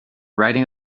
writing